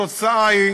התוצאה היא